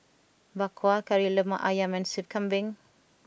Bak Kwa Kari Lemak Ayam and Soup Kambing